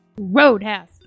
Roadhouse